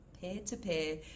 peer-to-peer